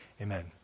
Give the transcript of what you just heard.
amen